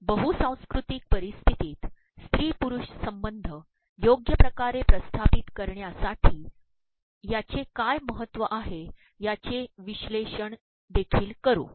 बहुसांस्कृतिक परिस्थितीत स्त्री पुरुष संबंध योग्यप्रकारे प्रस्थापित करण्यासाठी याचे काय महत्त्व आहे याचे विश्लेषण देखील करू